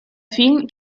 film